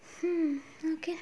hmm okay ah